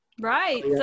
Right